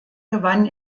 gewann